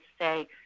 say